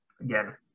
Again